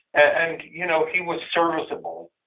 and you know he was serviceable,